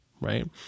right